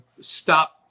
stop